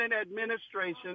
administration